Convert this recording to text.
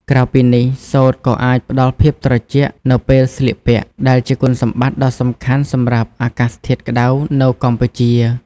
ក្រៅពីនេះ សូត្រក៏អាច ផ្តល់ភាពត្រជាក់ នៅពេលស្លៀកពាក់ ដែលជាគុណសម្បត្តិដ៏សំខាន់សម្រាប់អាកាសធាតុក្តៅនៅកម្ពុជា។